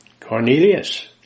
Cornelius